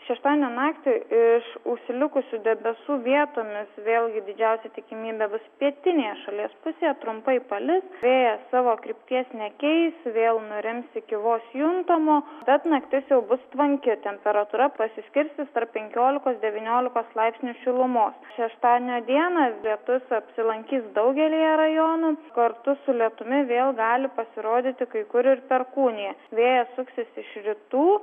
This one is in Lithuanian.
šeštadienio naktį iš užsilikusių debesų vietomis vėlgi didžiausia tikimybė bus pietinėje šalies pusėje trumpai palis vėjas savo krypties nekeis vėl nurims iki vos juntamo bet naktis jau bus tvanki temperatūra pasiskirstys tarp penkiolikos devyniolikos laipsnių šilumos šeštadienio dieną lietus apsilankys daugelyje rajonų kartu su lietumi vėl gali pasirodyti kai kur ir perkūnija vėjas suksis iš rytų